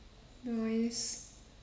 nice